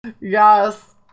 Yes